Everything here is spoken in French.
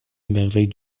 merveilles